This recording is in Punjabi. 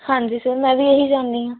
ਹਾਂਜੀ ਸਰ ਮੈਂ ਵੀ ਇਹੀ ਚਾਹੁੰਦੀ ਹਾਂ